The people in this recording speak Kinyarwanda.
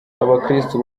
abakristu